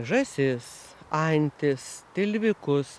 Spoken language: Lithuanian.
žąsis antis tilvikus